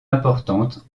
importantes